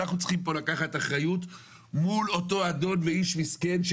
אנחנו צריכים פה לקחת אחריות מול אותו אדון ואיש מסכן,